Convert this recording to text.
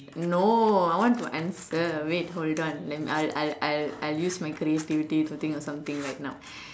no I want to answer wait hold on let me I'll I'll I'll use my creativity to think of something right now